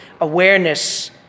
awareness